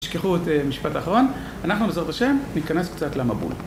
השכחו את המשפט האחרון, אנחנו, בעזרת השם, ניכנס קצת למבול.